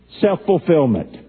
self-fulfillment